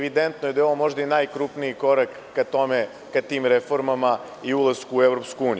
Evidentno je da je ovo možda i najkrupniji korak ka tim reformama i ulasku u EU.